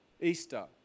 Easter